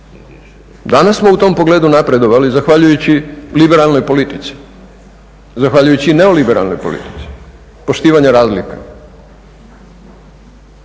Danas smo u tom pogledu napredovali zahvaljujući liberalnoj politici, zahvaljujući neoliberalnoj politici poštivanja razlika